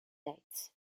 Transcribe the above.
dates